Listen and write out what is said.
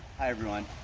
hi everyone.